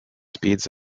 speeds